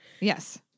Yes